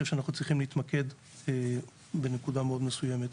שאנחנו צריכים להתמקד בנקודה מאוד מסוימת.